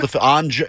on